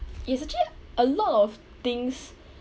it's actually a lot of things